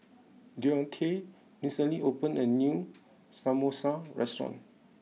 Deontae recently opened a new Samosa restaurant